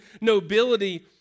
nobility